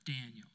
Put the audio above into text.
Daniel